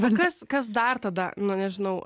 bet kas kas dar tada nu nežinau